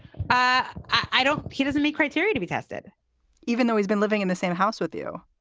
i i don't. he doesn't make criteria to be tested even though he's been living in the same house with you.